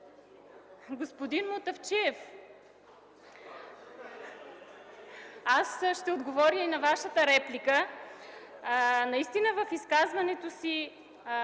Господин Мутафчиев, ще отговоря и на Вашата реплика. Наистина в изказването си